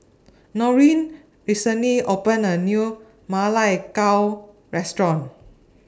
Noreen recently opened A New Ma Lai Gao Restaurant